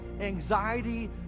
anxiety